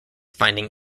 finding